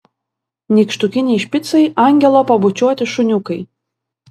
nykštukiniai špicai angelo pabučiuoti šuniukai